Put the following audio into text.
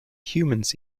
humans